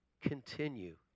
continue